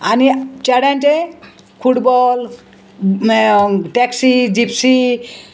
आनी चेड्यांचे football taxi Gypsy